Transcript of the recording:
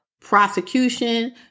prosecution